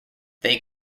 they